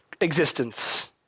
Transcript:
existence